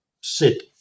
sit